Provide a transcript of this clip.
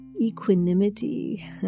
equanimity